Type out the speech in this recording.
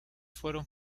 fueron